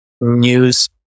news